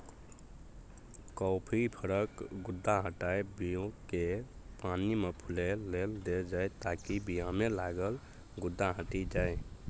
coffee फरक गुद्दा हटाए बीयाकेँ पानिमे फुलए लेल देल जाइ ताकि बीयामे लागल गुद्दा हटि जाइ